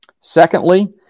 Secondly